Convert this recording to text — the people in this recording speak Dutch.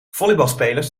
volleybalspelers